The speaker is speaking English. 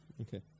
Okay